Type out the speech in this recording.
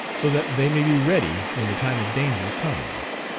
so that they may be ready when the time of danger comes.